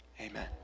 Amen